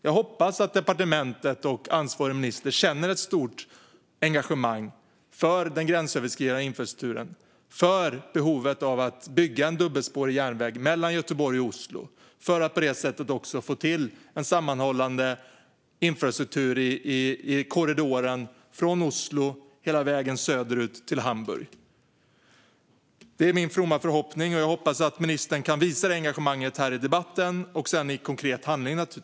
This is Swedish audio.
Jag hoppas att departementet och ansvarig minister känner ett stort engagemang för den gränsöverskridande infrastrukturen och för behovet av att bygga en dubbelspårig järnväg mellan Göteborg och Oslo för att på det sättet få till en sammanhållande infrastruktur i korridoren från Oslo hela vägen söderut till Hamburg. Detta är min fromma förhoppning, och jag hoppas att ministern kan visa det engagemanget här i debatten och sedan givetvis i konkret handling.